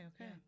Okay